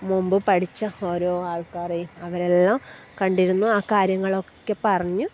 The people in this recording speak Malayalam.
മുമ്പ് പഠിച്ച ഓരോ ആൾക്കാരെയും അവരെല്ലാം കണ്ടിരുന്നു ആ കാര്യങ്ങളൊക്കെ പറഞ്ഞു